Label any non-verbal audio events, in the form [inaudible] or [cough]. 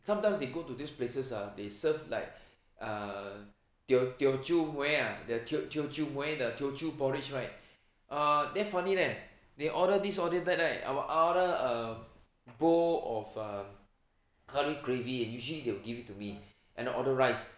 sometimes they go to those places ah they serve like [breath] err teo~ teochew mueh ah the teochew mueh the teochew porridge right [breath] err damn funny leh they order this order that right I will order a bowl of err curry gravy and usually they will give it to me and I order rice